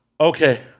okay